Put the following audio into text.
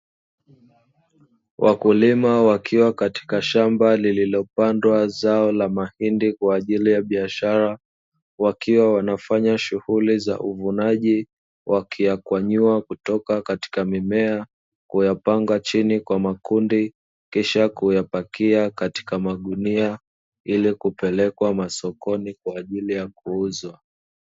Wakulima wakiwa katika shamba lililopandwa zao la mahindi kwa ajili ya biashara, wakiwa wanafanya shughuli za uvunaji, wakiyakwanyua kutoka katika mimea kuyapanga chini kwa makundi kisha kuyapakia katika magunia ili kipelekwa sokoni kwa ajili ya kuuzwa.